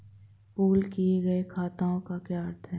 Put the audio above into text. Pool किए गए खातों का क्या अर्थ है?